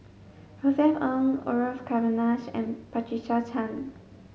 Josef Ng Orfeur Cavenagh and Patricia Chan